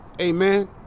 Amen